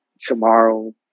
tomorrow